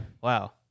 Wow